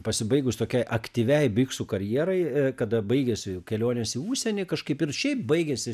pasibaigus tokiai aktyviai biksų karjerai kada baigėsi jau kelionės į užsienį kažkaip ir šiaip baigėsi